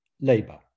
Labour